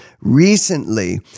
recently